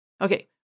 Okay